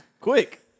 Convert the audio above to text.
Quick